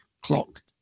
Clock